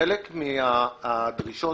שחלק מהדרישות